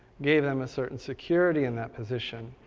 gave them a certain security in that position,